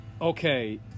Okay